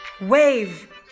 Wave